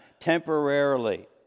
temporarily